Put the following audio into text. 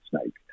Snake